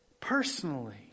personally